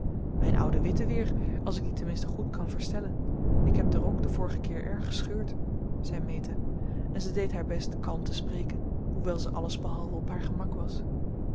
mijn oude witte weer als ik die ten minste goed kan verstellen ik heb den rok den vorigen keer erg gescheurd zei meta en ze deed haar best kalm te spreken hoewel ze alles behalve op haar gemak was